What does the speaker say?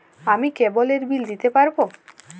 আমি কেবলের বিল দিতে পারবো?